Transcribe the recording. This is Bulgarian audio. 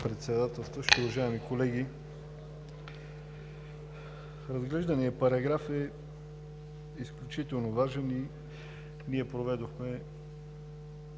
Председателстващ. Уважаеми колеги! Разглежданият параграф е изключително важен и ние проведохме